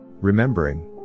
Remembering